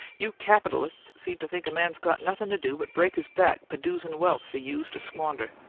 yous capitalusts seem to think a man's got nothin' to do but break his back p'doosin' wealth fer yous to squander,